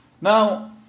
Now